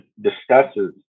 discusses